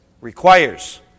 requires